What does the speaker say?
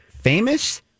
famous